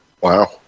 Wow